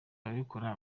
ababikora